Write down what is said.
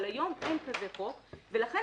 אבל היום אין כזה חוק, ולכן